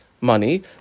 money